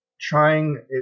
trying